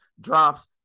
drops